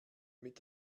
mit